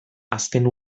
azken